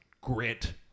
grit